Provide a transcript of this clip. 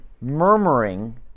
murmuring